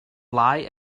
lie